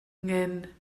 nghyn